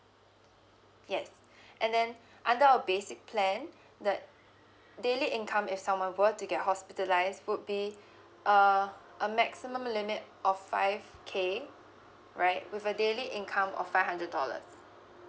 yes and then under our basic plan the daily income if someone were to get hospitalized would be uh a maximum limit of five K alright with a daily income of five hundred dollars